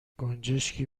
گنجشکی